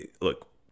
look